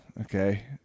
Okay